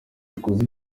dukoze